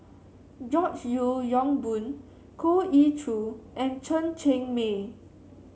George Yeo Yong Boon Goh Ee Choo and Chen Cheng Mei